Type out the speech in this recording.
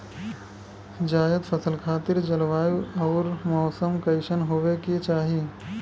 जायद फसल खातिर जलवायु अउर मौसम कइसन होवे के चाही?